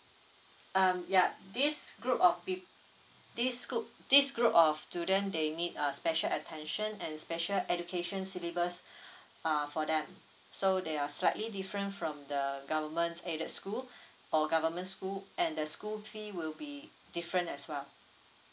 um yup this group of peop~ this group this group of student they need uh special attention and special education syllabus uh for them so they are slightly different from the government's aided school or government school and the school fee will be different as well